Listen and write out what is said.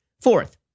fourth